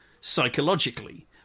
psychologically